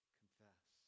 confess